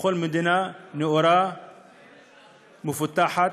בכל מדינה נאורה, מפותחת,